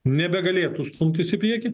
nebegalėtų stumtis į priekį